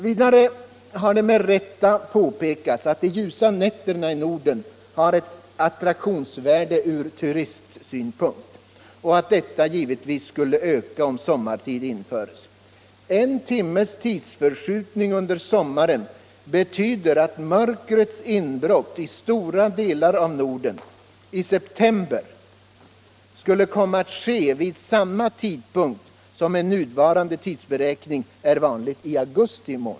Vidare har det med rätta påpekats att de ljusa nätterna i Norden har ett attraktionsvärde ur turistsynpunkt och att detta skulle öka om sommartid införs. En timmes tidsförskjutning under sommaren betyder att mörkrets inbrott i stora delar av Norden skulle komma att ske vid samma tidpunkt i september månad som med nuvarande tidsberäkning är vanlig i augusti.